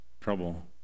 trouble